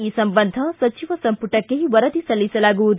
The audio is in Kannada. ಈ ಸಂಬಂಧ ಸಚಿವ ಸಂಪುಟಕ್ಕೆ ವರದಿ ಸಲ್ಲಿಸಲಾಗುವುದು